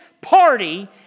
party